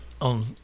on